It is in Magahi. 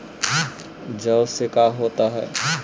जौ से का होता है?